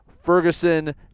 Ferguson